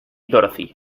dorothy